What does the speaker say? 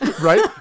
Right